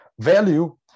Value